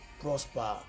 prosper